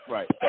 Right